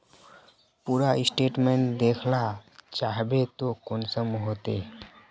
पूरा स्टेटमेंट देखला चाहबे तो कुंसम होते?